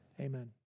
amen